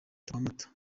mata